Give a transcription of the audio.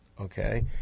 Okay